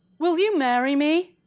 will you marry me?